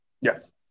Yes